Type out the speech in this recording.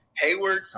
Hayward